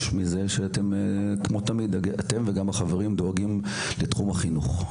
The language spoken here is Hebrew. חייב לומר שאני מתרגש מזה שאתם וגם החברים דואגים לתחום החינוך,